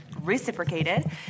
reciprocated